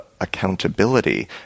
Accountability